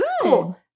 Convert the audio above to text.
cool